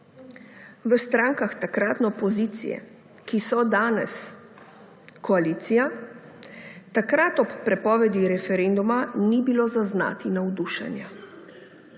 V strankah takratne opozicije, ki so danes koalicija, takrat ob prepovedi referenduma ni bilo zaznati navdušenja.